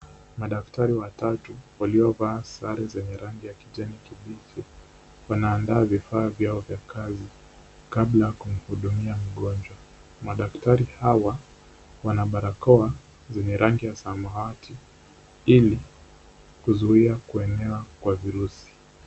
Madaktari watatu waliovaa sare zenye rangi ya kijani kibichi wanaanda vifaa vyao vya kazi kabla ya kumhudumia mgonjwa. Madaktari hawa wana barakoa zenye rangi ya samawati ili kuzuia kuenea kwa virusi.